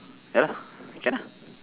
ya lah can lah